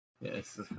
Yes